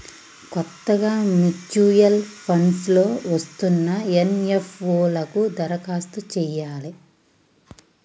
కొత్తగా mutual funds లో వస్తున్న ఎన్.ఎఫ్.ఓ లకు దరఖాస్తు చెయ్యాలే